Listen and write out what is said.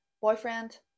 boyfriend